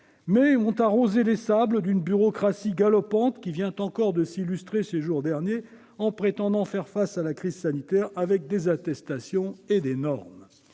mais à arroser les sables d'une bureaucratie galopante qui vient encore de s'illustrer, ces jours derniers, en prétendant faire face à la crise sanitaire avec des attestations et des normes